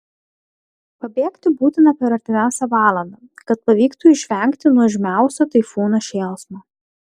pabėgti būtina per artimiausią valandą kad pavyktų išvengti nuožmiausio taifūno šėlsmo